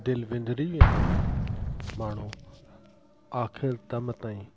दिलि विंदरी वेंदो आहे माण्हू आखिर दम ताईं